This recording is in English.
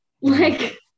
Like-